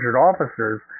officers